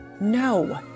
No